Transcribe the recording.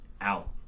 out